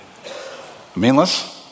Meanless